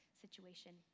situation